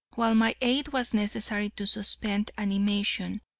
while my aid was necessary to suspend animation,